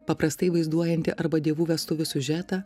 paprastai vaizduojanti arba dievų vestuvių siužetą